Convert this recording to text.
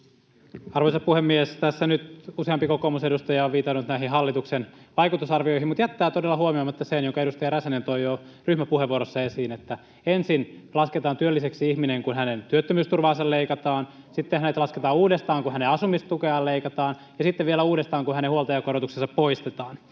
Arvoisa puhemies! Tässä nyt useampi kokoomusedustaja on viitannut näihin hallituksen vaikutusarvioihin mutta jättää todella huomioimatta sen, jonka edustaja Räsänen toi jo ryhmäpuheenvuorossa esiin, että ensin lasketaan työlliseksi ihminen, kun hänen työttömyysturvaansa leikataan, sitten hänet lasketaan uudestaan, kun hänen asumistukeaan leikataan, ja sitten vielä uudestaan, kun hänen huoltajakorotuksensa poistetaan.